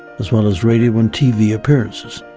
as well as radio and tv appearances.